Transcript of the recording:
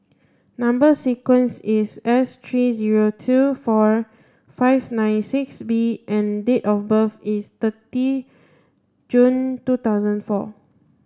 number sequence is S three zero two four five nine six B and date of birth is thirty June two thousand four